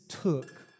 took